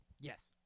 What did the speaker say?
Yes